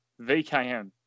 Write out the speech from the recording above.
VKM